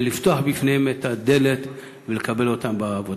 ולפתוח בפניהם את הדלת ולקבל אותם לעבודה.